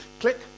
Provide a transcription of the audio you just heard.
Click